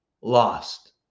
lost